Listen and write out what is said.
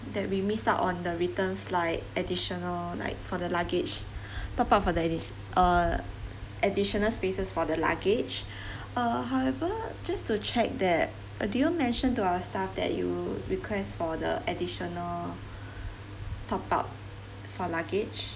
that we missed out on the return flight additional like for the luggage top up for the additi~ uh additional spaces for the luggage uh however just to check that uh did you mention to our staff that you request for the additional top up for luggage